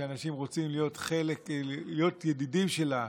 שאנשים רוצים להיות ידידים שלה,